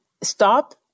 stop